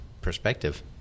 Perspective